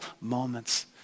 moments